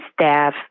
staff